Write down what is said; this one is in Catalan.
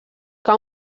que